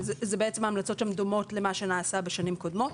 ההמלצות שם דומות למה שנעשה בשנים קודמות.